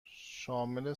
شامل